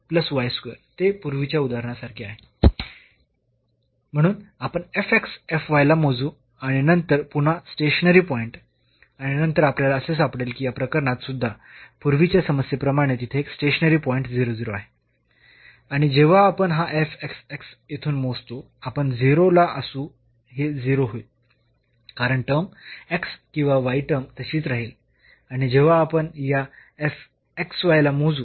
ते पूर्वीच्या उदाहरणासारखे आहे म्हणून आपण ला मोजू आणि नंतर पुन्हा स्टेशनरी पॉईंट आणि नंतर आपल्याला असे सापडेल की या प्रकरणात सुद्धा पूर्वीच्या समस्येप्रमाणे तिथे एक स्टेशनरी पॉईंट आहे आणि जेव्हा आपण हा येथून मोजतो आपण 0 ला असू हे 0 होईल कारण टर्म किंवा टर्म तशीच राहील आणि जेव्हा आपण या ला मोजू